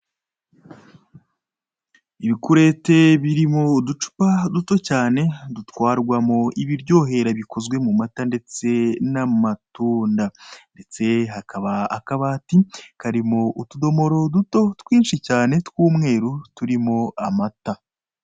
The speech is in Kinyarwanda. Ibikurete birimo uducupa duto cyane dutwarwamo ibiryohera bikozwe mu mata ndetse n'amatunda. Ndetse hakaba akabati karimo utudomoro duto twinshi cyane tw'umweru turimo amata.